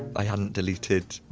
i hadn't deleted,